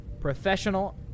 professional